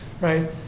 right